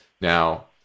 now